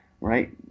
Right